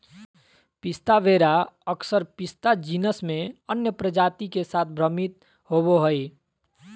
पिस्ता वेरा अक्सर पिस्ता जीनस में अन्य प्रजाति के साथ भ्रमित होबो हइ